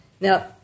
Now